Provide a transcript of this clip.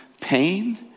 pain